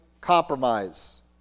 compromise